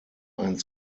ein